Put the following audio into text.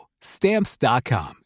stamps.com